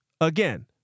again